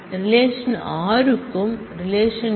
relation r க்கும் relation D